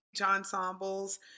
ensembles